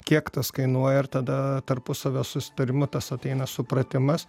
kiek tas kainuoja ir tada tarpusavio susitarimu tas ateina supratimas